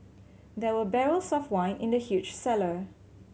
there were barrels of wine in the huge cellar